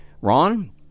Ron